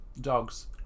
dogs